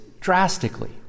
drastically